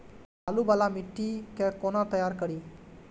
बालू वाला मिट्टी के कोना तैयार करी?